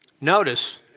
notice